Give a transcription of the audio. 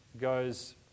goes